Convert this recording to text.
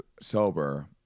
sober